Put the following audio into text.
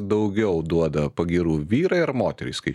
daugiau duoda pagyrų vyrai ar moterys kai